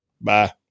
Bye